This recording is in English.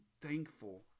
thankful